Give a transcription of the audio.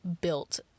built